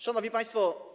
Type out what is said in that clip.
Szanowni Państwo!